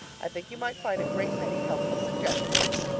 i think you might find a great many helpful suggestions.